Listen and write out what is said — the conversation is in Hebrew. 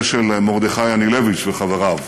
זה של מרדכי אנילביץ וחבריו.